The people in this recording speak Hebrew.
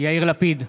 יאיר לפיד,